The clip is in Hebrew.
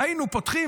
היינו פותחים.